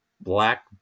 black